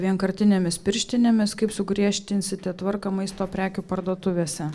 vienkartinėmis pirštinėmis kaip sugriežtinsite tvarką maisto prekių parduotuvėse